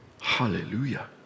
hallelujah